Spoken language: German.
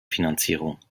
finanzierung